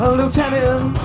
Lieutenant